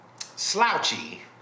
slouchy